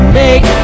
make